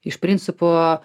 iš principo